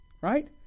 right